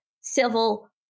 civil